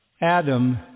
Adam